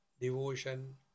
Devotion